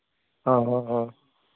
ᱦᱳᱭ ᱦᱳᱭ ᱦᱳᱭ